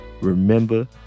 Remember